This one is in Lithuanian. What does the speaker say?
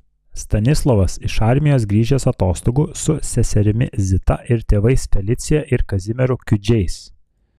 stanislovas iš armijos grįžęs atostogų su seserimi zita ir tėvais felicija ir kazimieru kiudžiais